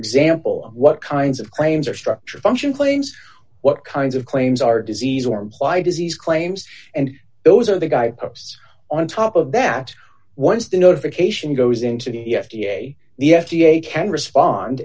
example what kinds of claims are structure function claims what kinds of claims are disease or imply disease claims and those are the guy posts on top of that once the notification goes into the f d a the f d a can respond